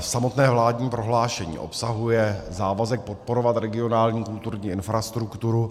Samotné vládní prohlášení obsahuje závazek podporovat regionální kulturní infrastrukturu.